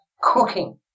cooking